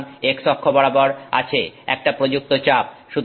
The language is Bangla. সুতরাং x অক্ষ বরাবর আছে একটা প্রযুক্ত চাপ